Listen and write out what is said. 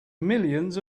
millions